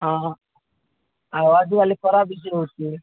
ହଁ ଆଉ ଆଜିକାଲି ଖରା ବେଶି ରହୁଛି